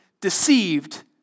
deceived